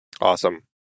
Awesome